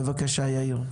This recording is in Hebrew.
בבקשה, יאיר.